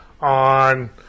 on